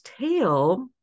tail